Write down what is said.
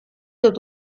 dut